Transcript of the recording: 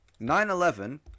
9-11